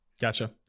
Gotcha